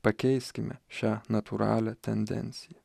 pakeiskime šią natūralią tendenciją